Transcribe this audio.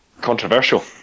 Controversial